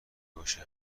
باشه